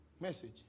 Message